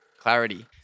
clarity